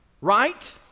Right